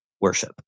worship